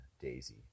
Daisy